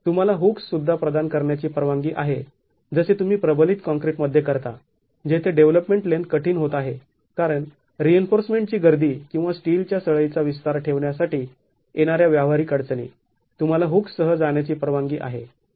तुम्हाला हुक्स् सुद्धा प्रदान करण्याची परवानगी आहे जसे तुम्ही प्रबलित काँक्रीटमध्ये करता जेथे डेव्हलपमेंट लेन्थ कठीण होत आहे कारण रिइन्फोर्समेंट ची गर्दी किंवा स्टीलच्या सळईचा विस्तार ठेवण्यासाठी येणाऱ्या व्यावहारिक अडचणी तूम्हाला हुक्स् सह जाण्याची परवानगी आहे